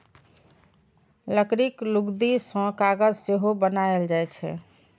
लकड़ीक लुगदी सं कागज सेहो बनाएल जाइ छै